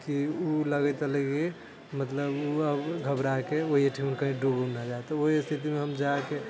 कि ओ लगैत रहलै कि मतलब ओ अब घबराके ओहिठाम कहीँ डुबि उब नहि जाइ ओहि स्थितिमे हम जाकऽ